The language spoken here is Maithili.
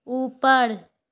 ऊपर